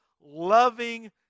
loving